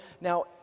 Now